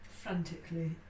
frantically